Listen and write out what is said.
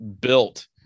built